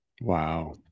Wow